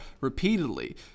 repeatedly